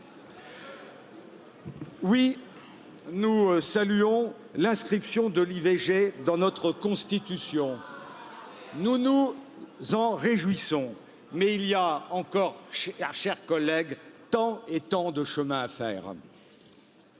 oui nous saluons l'inscription de l'ivg dans notre constitution nous nous en réjouissons mais il y a encore, chers collègues, tant et tant de chemin à faire.